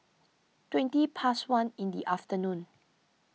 twenty past one in the afternoon